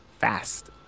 fast